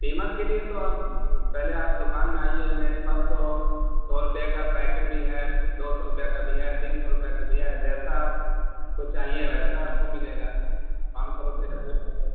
قیمت کے لیے تو اب پہلے آپ دکان میں آئیے میرے پاس تو سو روپے کا پیکٹ بھی ہے دو سو روپیہ کا بھی ہے تین سو روپیہ کا بھی ہے جیسا آپ کو چاہیے ویسا آپ کو ملے گا پانچ سو روپے کا پیکٹ